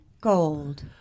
Gold